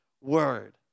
word